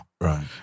Right